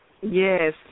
Yes